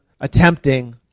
attempting